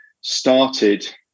started